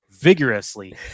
Vigorously